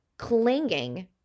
clinging